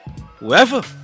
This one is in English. whoever